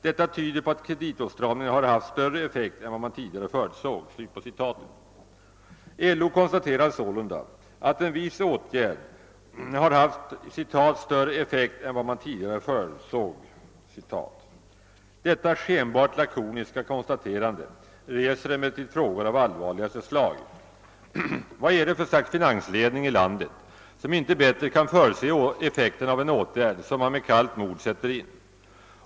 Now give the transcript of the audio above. Detta tyder på att kreditåtstramningen har haft större effekt än vad man tidigare förutsåg.» LO konstaterar sålunda, att en viss åtgärd har haft »större effekt än vad man tidigare förutsåg». Detta skenbart lakoniska konstaterande reser emellertid frågor av allvarligaste slag. Vad är det för slags finansledning i landet som icke bättre kan förutse effekten av en åtgärd, som man med kallt mod sätter in?